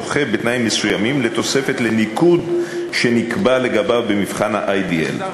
זוכה בתנאים מסוימים לתוספת על הניקוד שנקבע לו במבחן ה-ADL.